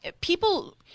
people –